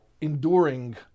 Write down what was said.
enduring